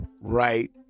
right